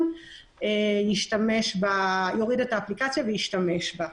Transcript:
חכם יוריד את האפליקציה וישתמש בה.